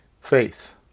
faith